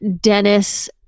Dennis